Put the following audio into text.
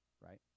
right